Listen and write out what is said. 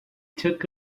took